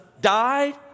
died